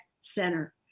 center